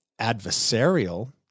adversarial